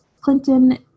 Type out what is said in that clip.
Clinton